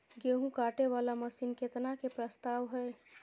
गेहूँ काटे वाला मशीन केतना के प्रस्ताव हय?